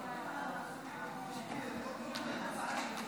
אדוני היושב בראש,